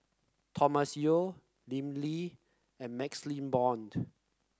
Thomas Yeo Lim Lee and MaxLe Blond